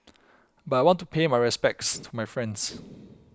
but I want to pay my respects to my friends